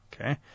Okay